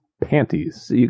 Panties